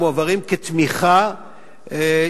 המועברים כתמיכה,